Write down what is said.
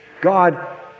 God